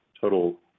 total